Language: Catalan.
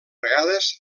vegades